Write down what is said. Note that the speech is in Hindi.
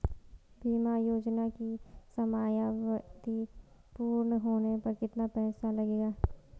बीमा योजना की समयावधि पूर्ण होने पर कितना पैसा मिलेगा?